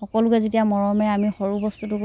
সকলোকে যেতিয়া মৰমেৰে আমি সৰু বস্তুটো